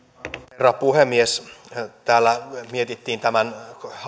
herra puhemies täällä mietittiin tämän